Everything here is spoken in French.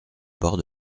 bord